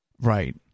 Right